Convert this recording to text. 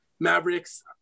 Mavericks